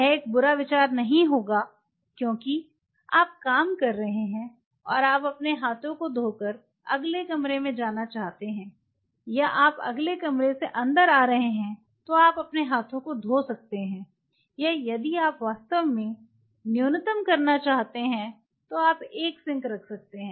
यह एक बुरा विचार नहीं होगा क्योंकि आप काम कर रहे हैं और आप अपने हाथों को धोकर अगले कमरे में जाना चाहते हैं या आप अगले कमरे से अंदर आ रहे हैं तो अपने हाथों को धो सकते हैं या यदि आप वास्तव में न्यूनतम करना चाहते हैं तो आप एक सिंक रख सकते हैं